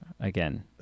again